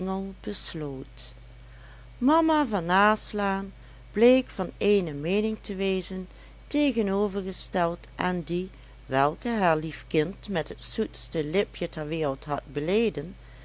besloot mama van naslaan bleek van eene meening te wezen tegenovergesteld aan die welke haar lief kind met het zoetste lipje der wereld had beleden